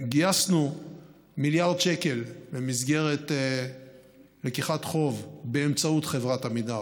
גייסנו מיליארד שקל במסגרת לקיחת חוב באמצעות חברת עמידר.